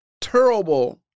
terrible